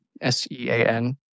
S-E-A-N